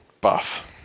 buff